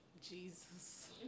Jesus